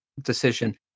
decision